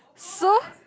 so